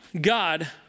God